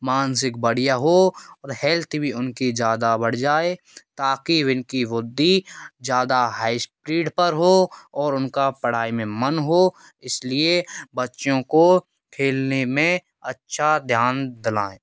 मानसिक बढ़िया हो और हेल्थ भी उनकी ज़्यादा बढ़ जाए ताकि इनकी वृद्धि ज़्यादा हाई इस्पीड पर हो और उनका पढ़ाई में मन हो इसलिए बच्चों को खेलने में अच्छा ध्यान दिलाएँ